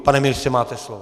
Pane ministře, máte slovo.